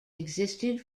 existed